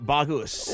Bagus